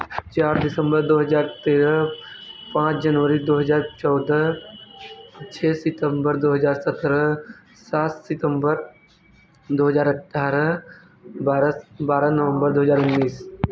चार दिसंबर दो हज़ार तेरह पाँच जनवरी दो हज़ार चौदह छ सितंबर दो हज़ार सत्रह सात सितंबर दो हज़ार अट्ठरह बारह बारह नवंबर दो हज़ार उन्नीस